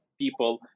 people